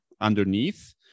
underneath